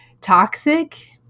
toxic